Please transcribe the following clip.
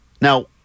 Now